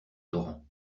torrent